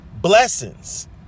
blessings